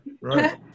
Right